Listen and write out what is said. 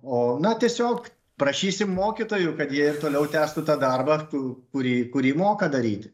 o na tiesiog prašysim mokytojų kad jie ir toliau tęstų tą darbą kurį kurį moka daryt